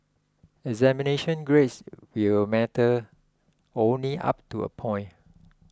examination grades will matter only up to a point